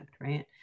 right